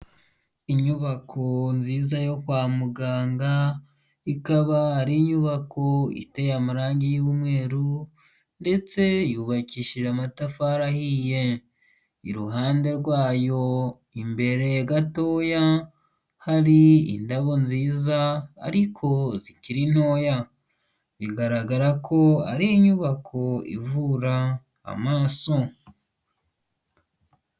Inyubako nziza yo kwa muganga ikaba ari inyubako iteye amarange y'umweru ndetse yubakishije amatafari ahiye, iruhande rwayo imbere gatoya hari indabo nziza ariko zikiri ntoya, bigaragara ko ari inyubako ivura amaso.